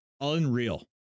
unreal